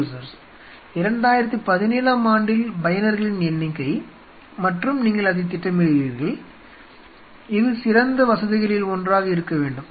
2017 ஆம் ஆண்டில் பயனர்களின் எண்ணிக்கை மற்றும் நீங்கள் அதை திட்டமிடுகிறீர்கள் இது சிறந்த வசதிகளில் ஒன்றாக இருக்க வேண்டும்